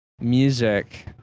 music